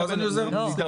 אני עוזר ------ חברים,